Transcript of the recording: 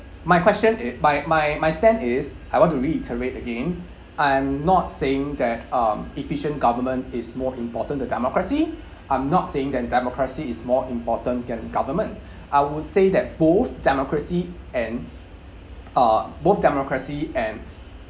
my question is my my my stand is I want to reiterate again I'm not saying that um efficient government is more important to democracy I'm not saying that democracy is more important than government I would say that both democracy and uh both democracy and